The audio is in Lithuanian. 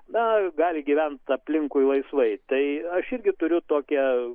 na gali gyvent aplinkui laisvai tai aš irgi turiu tokią